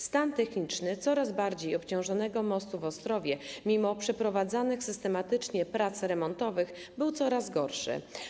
Stan techniczny coraz bardziej obciążonego mostu w Ostrowie mimo przeprowadzonych systematycznie prac remontowych był coraz gorszy.